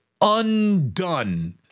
undone